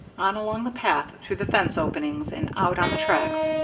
on along the path, through the fence openings, and out on the tracks,